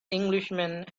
englishman